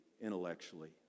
intellectually